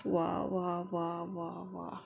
我我我我我